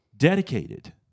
dedicated